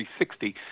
360